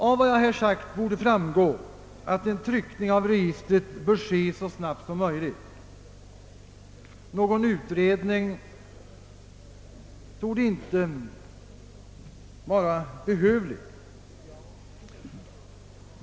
Av vad jag här sagt torde framgå att en tryckning av registret bör ske så snart som möjligt. Någon utredning torde inte vara behövlig.